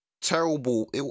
Terrible